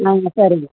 ஆ சரிங்க